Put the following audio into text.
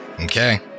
Okay